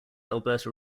alberta